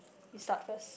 we start first